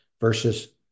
versus